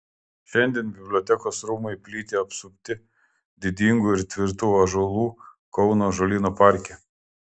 šiandien bibliotekos rūmai plyti apsupti didingų ir tvirtų ąžuolų kauno ąžuolyno parke